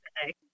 today